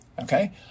Okay